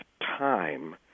time